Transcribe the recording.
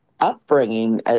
upbringing